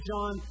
John